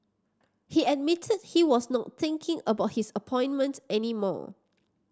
he admitted he was not thinking about his appointment any more